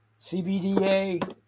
CBDA